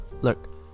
look